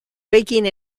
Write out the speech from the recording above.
waking